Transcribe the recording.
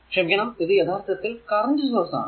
ക്ഷമിക്കണം ഇത് യഥാർത്ഥത്തിൽ കറന്റ് സോഴ്സ് ആണ്